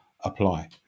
apply